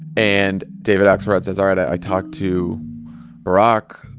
and david axelrod says, all right. i talked to barack.